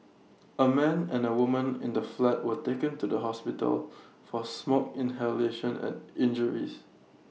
A man and A woman in the flat were taken to the hospital for smoke inhalation and injuries